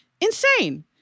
Insane